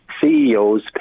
CEOs